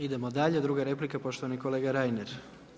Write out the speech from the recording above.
Idemo dalje, druga replika, poštovani kolega Reiner.